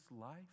life